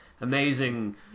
amazing